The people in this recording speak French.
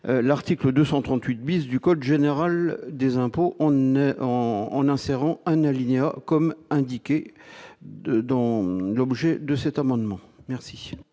l'article 238 bis du code général des impôts, on est en en insérant année alignant comme indiqué dans l'objet de cet amendement, merci.